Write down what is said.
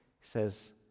says